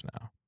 now